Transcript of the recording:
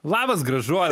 labas gražuole